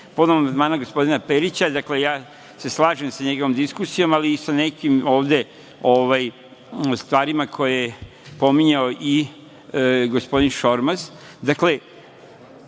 amandmana gospodina Perića, slažem se sa njegovom diskusijom, ali i sa nekim ovde stvarima koje je pominjao i gospodin Šormaz.